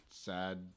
sad